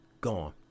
Gone